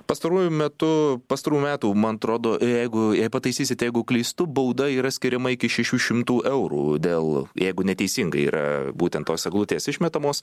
pastaruoju metu pastarųjų metų man atrodo jeigu pataisysit jeigu klystu bauda yra skiriama iki šešių šimtų eurų dėl jeigu neteisingai yra būtent tos eglutės išmetamos